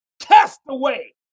Castaway